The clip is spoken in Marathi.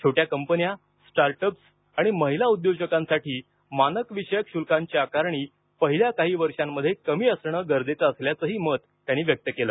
छोट्या कंपन्या स्टार्टअप्स आणि महिला उद्योजकांसाठी मानकविषयक शुल्कांची आकारणी पहिल्या काही वर्षांमध्ये कमी असणं गरजेचं असल्याचंही मत त्यांनी व्यक्त केलं